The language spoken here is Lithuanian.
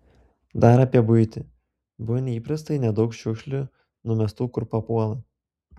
dar apie buitį buvo neįprastai nedaug šiukšlių numestų kur papuola